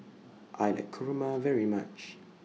I like Kurma very much